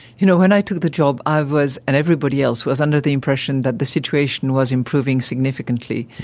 you know, when i took the job i was and everybody else was under the impression that the situation was improving significantly,